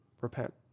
repent